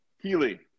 Healy